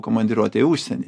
komandiruotėj užsieny